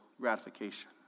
gratification